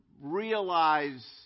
realize